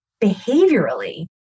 behaviorally